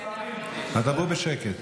אז דברו בשקט.